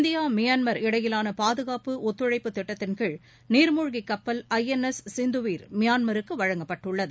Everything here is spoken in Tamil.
இந்தியாமியான்மார் இடையிலானபாதுகாப்பு ஒத்துழைப்புத் திட்டத்தின் கீழ் நீர்மூழ்கிகப்பல் ஐ என் எஸ் சிந்துவிர் மியான்மாருக்குவழங்கப்பட்டுள்ளது